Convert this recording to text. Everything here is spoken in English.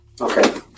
Okay